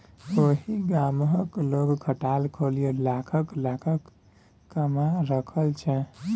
ओहि गामक लोग खटाल खोलिकए लाखक लाखक कमा रहल छै